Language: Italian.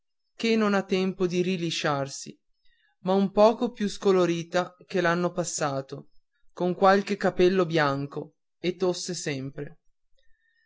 ché non ha tempo di rilisciarsi ma un poco più scolorita che l'anno passato con qualche capello bianco e tosse sempre